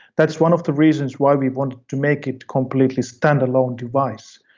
that's one of the reasons why we wanted to make it completely stand-alone device,